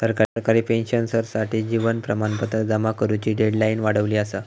सरकारी पेंशनर्ससाठी जीवन प्रमाणपत्र जमा करुची डेडलाईन वाढवली असा